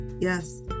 yes